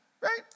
right